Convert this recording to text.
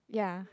ya